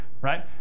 right